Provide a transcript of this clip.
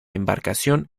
embarcación